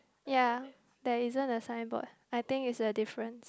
ya there isn't a signboard I think is a difference